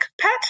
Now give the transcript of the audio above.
pet